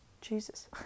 Jesus